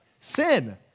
Sin